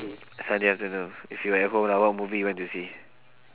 sunday afternoon if you are at home lah what movie you want to see